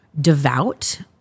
devout